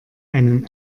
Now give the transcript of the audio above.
einen